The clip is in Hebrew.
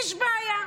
יש בעיה,